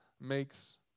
makes